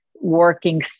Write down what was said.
working